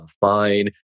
fine